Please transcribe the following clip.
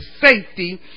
safety